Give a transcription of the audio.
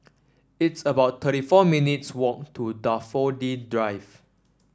it's about thirty four minutes' walk to Daffodil Drive